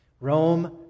Rome